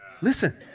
Listen